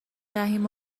دهیم